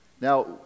Now